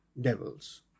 devils